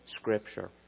Scripture